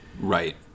right